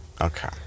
okay